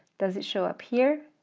does it show up here?